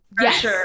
yes